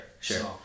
Sure